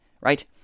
right